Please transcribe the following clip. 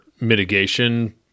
mitigation